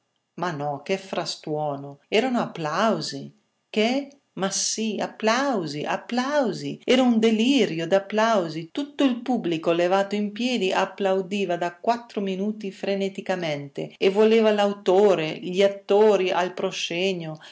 ma no che frastuono erano applausi che ma sì applausi applausi era un delirio d'applausi tutto il pubblico levato in piedi applaudiva da quattro minuti freneticamente e voleva l'autore gli attori al proscenio